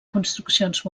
construccions